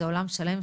זה עולם שלם.